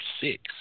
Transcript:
six